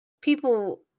people